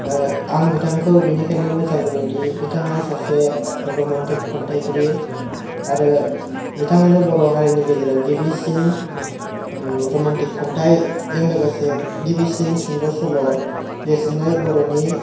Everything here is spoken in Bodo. आं बिथांखौ बिनिखायनो मोजां मोनोदि बिथाङा सासे रमान्टिक खन्थाइगिरि आरो बिथाङानो बर' हारिनि गेजेराव गिबिसिन रमान्टिक खन्थाइ जों लोगोसे गिबिसिन सुंद' सल' लिरजेन्नाय बर'नि